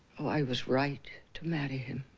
oh i was right to marry him